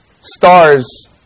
stars